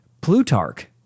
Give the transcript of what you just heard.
Plutarch